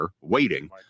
waiting